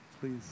please